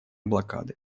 блокады